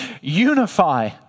Unify